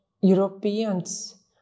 Europeans